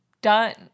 done